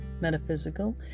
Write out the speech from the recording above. metaphysical